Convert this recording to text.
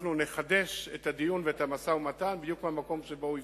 אנחנו נחדש את הדיון ואת המשא-ומתן בדיוק במקום שהוא הפסיק.